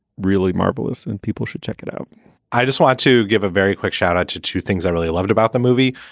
really marvelous. and people should check it out i just want to give a very quick shout out to two things i really loved about the movie.